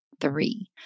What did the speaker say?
three